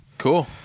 cool